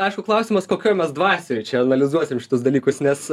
aišku klausimas kokioj mes dvasioj čia analizuosim šitus dalykus nes